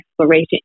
exploration